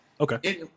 okay